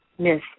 miss